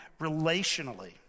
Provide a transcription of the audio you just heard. relationally